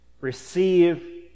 Receive